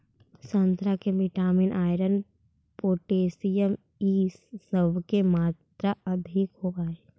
संतरा में vitamin, iron, potassium इ सब के मात्रा अधिक होवऽ हई